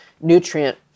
nutrient